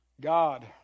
God